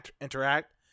interact